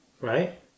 Right